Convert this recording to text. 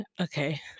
okay